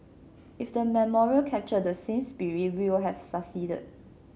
if the memorial captured that same spirit we will have succeeded